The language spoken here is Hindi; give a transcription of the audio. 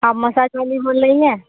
आप मसाज वाली बोल रही हैं